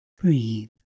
breathe